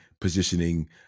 positioning